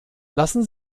lassen